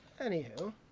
Anywho